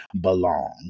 belong